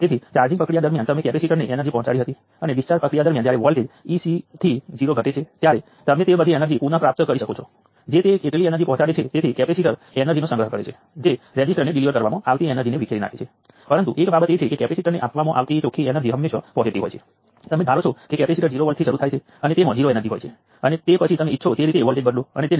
તેથી તેમનું product P1 કે જે V1 ગુણ્યા I1 છે તે માઈનસ 5 મિલી વોટ છે અને જ્યાં સુધી રઝિસ્ટરની વાત છે VR 5 વોલ્ટ છે અને IR 1 મિલિએમ્પ છે અને તેમનું પ્રોડક્ટ 1 મિલિએમ્પ ગુણ્યા 5 વોલ્ટ છે જે 5 મિલી વોટ છે